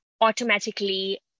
automatically